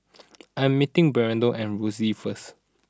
I'm meeting Bernardo at Rosyth first